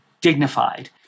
dignified